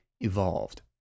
evolved